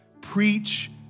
preach